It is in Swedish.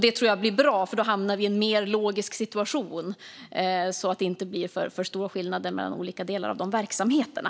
Det tror jag blir bra - då hamnar vi i en mer logisk situation, och det blir inte för stora skillnader mellan olika delar av verksamheterna.